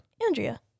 Andrea